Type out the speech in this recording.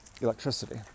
electricity